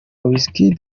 wizkid